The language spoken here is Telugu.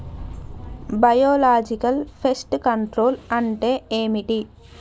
బయోలాజికల్ ఫెస్ట్ కంట్రోల్ అంటే ఏమిటి?